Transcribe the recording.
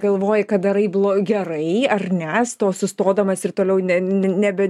galvoji ką darai blo gerai ar ne sto sustodamas ir toliau ne ne nebe